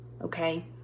okay